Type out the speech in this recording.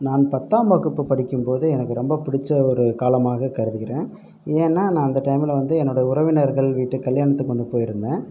நான் பத்தாம் வகுப்பு படிக்கும் போது எனக்கு ரொம்ப பிடித்த ஒரு காலமாக கருதுகிறேன் ஏன்னால் நான் அந்த டைமில் வந்து என்னோட உறவினர்கள் வீட்டு கல்யாணத்துக்கு ஒன்று போயிருந்தேன்